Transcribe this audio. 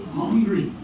hungry